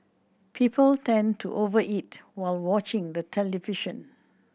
people tend to over eat while watching the television